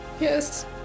Yes